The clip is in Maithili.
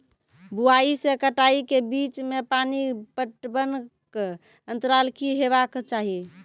बुआई से कटाई के बीच मे पानि पटबनक अन्तराल की हेबाक चाही?